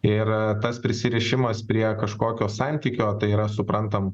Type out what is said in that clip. ir tas prisirišimas prie kažkokio santykio tai yra suprantam